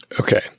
Okay